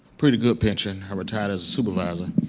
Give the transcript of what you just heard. pretty good pension i retired as a supervisor.